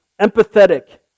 empathetic